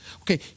Okay